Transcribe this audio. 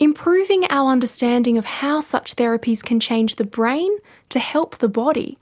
improving our understanding of how such therapies can change the brain to help the body